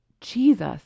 Jesus